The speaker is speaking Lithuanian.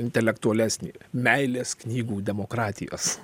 intelektualesnį meilės knygų demokratijos